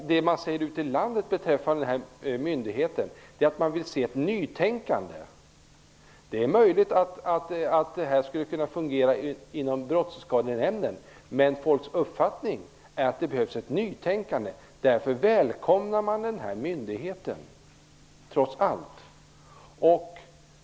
Det man säger ute i landet beträffande den här myndigheten är att man vill ha ett nytänkande. Det är möjligt att den här verksamheten skulle kunna fungera inom Brottsskadenämnden, men folks uppfattning är att det behövs ett nytänkande. Därför välkomnar man den här myndigheten, trots allt.